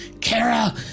Kara